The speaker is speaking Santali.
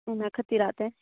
ᱚᱱᱟ ᱠᱷᱟᱹᱛᱤᱨᱟᱜᱛᱮ